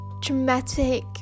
dramatic